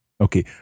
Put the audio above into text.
Okay